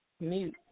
Mute